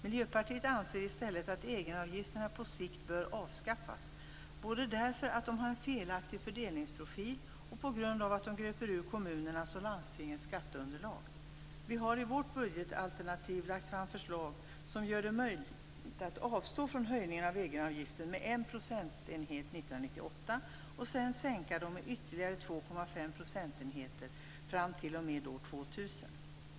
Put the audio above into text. Miljöpartiet anser i stället att egenavgifterna på sikt bör avskaffas både därför att de har en felaktig fördelningsprofil och på grund av att de gröper ur kommunernas och landstingens skatteunderlag. Vi har i vårt budgetalternativ lagt fram förslag som gör det möjligt att avstå från höjningen av egenavgiften med en procentenhet 1998 och sedan sänka den med ytterligare 2,5 procentenheter fram t.o.m. år 2000.